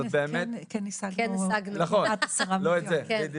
גם השגנו רק 10 מיליון נכון, לא את זה, בדיוק.